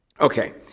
Okay